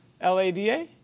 L-A-D-A